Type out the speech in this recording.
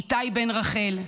איתי בן רחל,